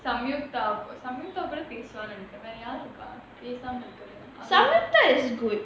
samyuktha samyuktha கூட பேசுவானு நெனைக்கிறேன் வேற யார் இருக்கா பேசாம இருக்குறது:kooda pesuvaanu nenaikiraen vera yaar iruka pesamae irukurathu samyuktha is good